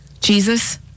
Jesus